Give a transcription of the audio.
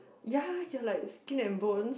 ya you're like skin and bones